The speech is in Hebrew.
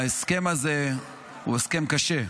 ההסכם הזה הוא הסכם קשה,